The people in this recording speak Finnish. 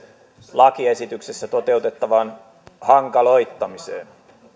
lakiesityksessä toteutettavaan hankaloittamiseen